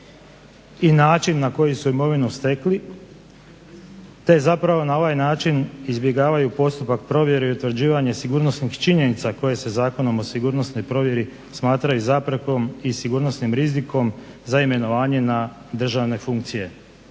i način na koji su imovinu stekli. Te zapravo na ovaj način izbjegavaju postupak provjere i utvrđivanje sigurnosnih činjenica koje se Zakonom o sigurnosnoj provjeri smatraju zaprekom i sigurnosnim rizikom za imenovanje na državne funkcije.